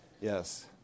Yes